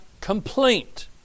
complaint